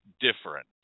different